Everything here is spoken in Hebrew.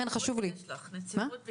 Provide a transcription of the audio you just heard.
יש נציגות של נציבות שירות המדינה,